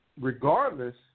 regardless